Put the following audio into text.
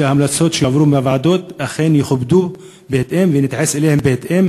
ופונה שההמלצות שיועברו מהוועדות אכן יכובדו בהתאם ונתייחס אליהן בהתאם,